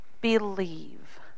believe